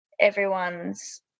everyone's